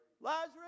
Lazarus